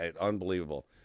Unbelievable